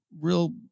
real